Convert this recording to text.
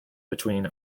between